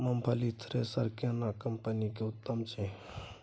मूंगफली थ्रेसर केना कम्पनी के उत्तम छै?